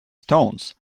stones